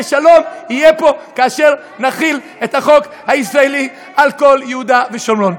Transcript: ושלום יהיה פה כאשר נחיל את החוק הישראלי על כל יהודה ושומרון.